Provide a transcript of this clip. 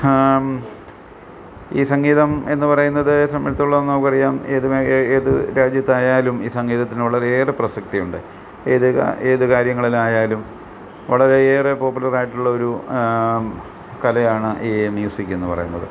ഈ സംഗീതം എന്ന് പറയുന്നത് സംബന്ധിച്ചിടത്തോളം നമുക്കറിയാം ഏത് മേഖ രാജ്യത്തായാലും ഈ സംഗീതത്തിന് വളരെയേറെ പ്രസക്തിയുണ്ട് ഏത് ഏത് കാര്യങ്ങളായിലായാലും വളരെയേറെ പോപ്പുലറായിട്ടുള്ള ഒരു കലയാണ് ഈ മ്യൂസിക്കെന്ന് പറയുന്നത്